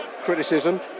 criticism